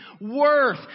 worth